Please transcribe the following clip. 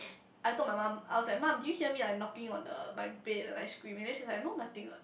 I told my mum I was like mum do you hear me like knocking on the my bed and I scream and then she's like no nothing what